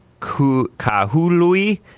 Kahului